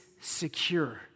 secure